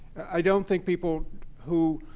i don't think people who